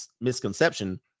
misconception